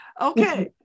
Okay